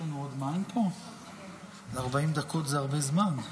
גברתי היועצת המשפטית לכנסת, ערב טוב, לילה